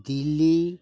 Delhi